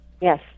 Yes